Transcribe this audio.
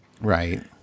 Right